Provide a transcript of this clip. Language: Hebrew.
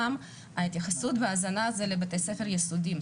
וההתייחסות וההזנה זה לבתי ספר יסודיים.